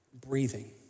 breathing